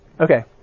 Okay